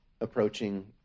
approaching